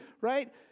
right